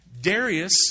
Darius